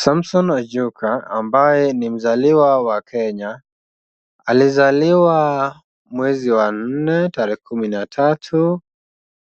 Samson Ajuka ambaye ni mzaliwa wa Kenya, alizaliwa mwezi wa nne, tarehe kumi na tatu,